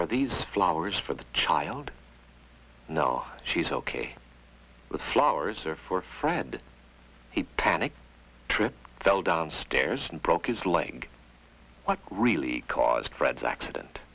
are these flowers for the child no she's ok with flowers or for a friend he panicked trip fell down stairs and broke his leg what really caused fred's accident